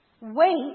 Wait